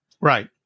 Right